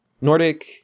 Nordic